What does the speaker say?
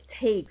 takes